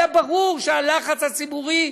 היה ברור שהלחץ הציבורי,